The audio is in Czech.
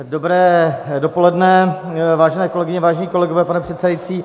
Dobré dopoledne, vážené kolegyně, vážení kolegové, pane předsedající.